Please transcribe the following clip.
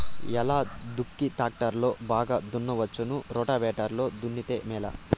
ఎలా దుక్కి టాక్టర్ లో బాగా దున్నవచ్చునా రోటివేటర్ లో దున్నితే మేలా?